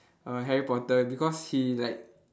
err harry-potter because he like